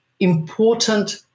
important